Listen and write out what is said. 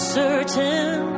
certain